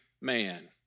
man